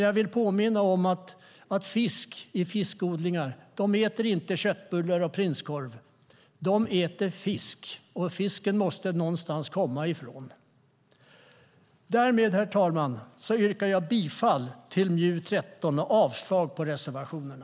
Jag vill dock påminna om att fisk i fiskodlingarna inte äter köttbullar och prinskorv. De äter fisk, och den fisken måste komma någonstans ifrån. Därmed, herr talman, yrkar jag bifall till utskottets förslag i MJU13 och avslag på reservationerna.